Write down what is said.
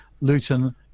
Luton